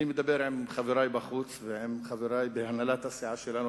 אני מדבר עם חברי בחוץ ועם חברי בהנהלת הסיעה שלנו,